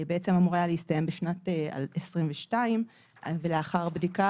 בעצם אמור היה להסתיים בשנת 2022. לאחר בדיקה